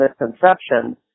misconceptions